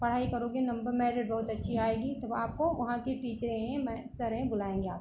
पढ़ाई करोगे number merit बहुत अच्छी आएगी तब आपको वहाँ की टीचरें सरें बुलाएँगे आपको